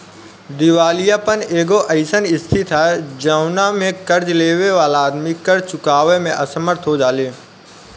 दिवालियापन एगो अईसन स्थिति ह जवना में कर्ज लेबे वाला आदमी कर्ज चुकावे में असमर्थ हो जाले